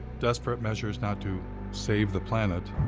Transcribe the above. desperate measures not to save the planet,